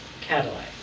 Cadillac